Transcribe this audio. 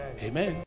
Amen